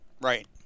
right